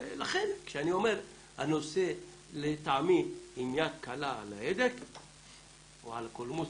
לכן אני אומר שהנושא לטעמי עם יד קלה על ההדק או על קולמוס,